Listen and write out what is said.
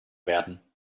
werden